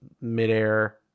midair